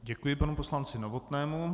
Děkuji panu poslanci Novotnému.